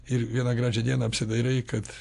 ir vieną gražią dieną apsidairai kad